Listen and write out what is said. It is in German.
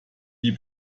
die